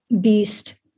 beast